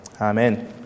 Amen